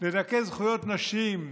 לדכא זכויות נשים,